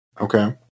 Okay